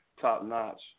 top-notch